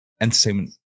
entertainment